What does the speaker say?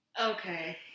Okay